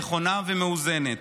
נכונה ומאוזנת,